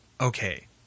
Okay